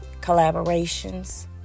collaborations